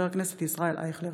תודה.